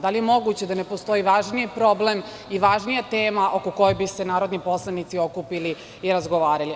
Da li je moguće da ne postoji važniji problem i važnija tema oko koje bi se narodni poslanici okupili i razgovarali.